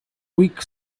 weak